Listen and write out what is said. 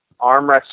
armrest